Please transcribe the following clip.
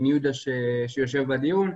עם יהודה שיושב בדיון.